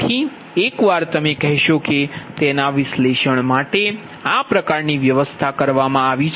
તેથી એકવાર તમે કહેશો કે તેના વિશ્લેષણ માટે આ પ્રકારની વ્યવસ્થા કરવામા આવી છે